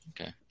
okay